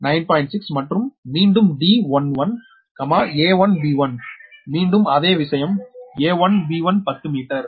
6 மற்றும் மீண்டும் d 1 1a1b1 மீண்டும் அதே விஷயம் a1b1 10 மீட்டர்